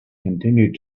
continued